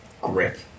grip